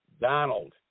Donald